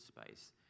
space